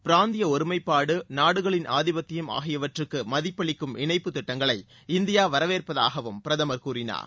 பிராந்திய ஒருமைப்பாட்டு நாடுகளின் ஆதிபத்தியம் ஆகியவற்றுக்கு மதிப்பளிக்கும் இணைப்புத் திட்டங்களை இந்தியா வரவேற்பதாகவும் பிரதமர் கூறினார்